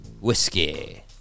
Whiskey